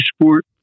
sport